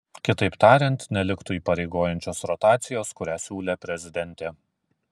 kitaip tariant neliktų įpareigojančios rotacijos kurią siūlė prezidentė